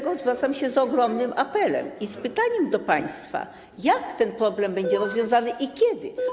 Wobec tego zwracam się z ogromnym apelem i z pytaniem do państwa: Jak ten problem będzie rozwiązany i kiedy?